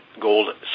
Gold